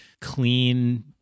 clean